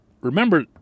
Remember